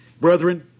Brethren